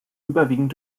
überwiegend